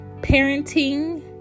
parenting